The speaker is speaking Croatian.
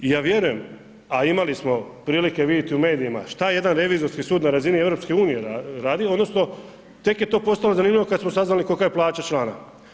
I ja vjerujem, a imali smo prilike vidjeti u medijima šta jedan Revizorski sud na razini EU radi odnosno tek je to postalo zanimljivo kad smo saznali kolika je plaća člana.